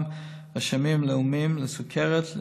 גם רשמים לאומיים לסוכרת,